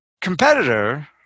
competitor